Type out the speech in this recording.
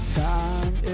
time